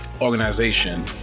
organization